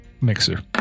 Mixer